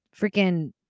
freaking